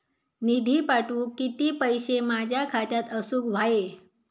निधी पाठवुक किती पैशे माझ्या खात्यात असुक व्हाये?